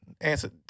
answer